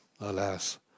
alas